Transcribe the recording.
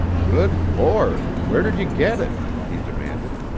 good lord, where did you get it? he demanded.